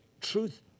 truth